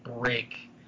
break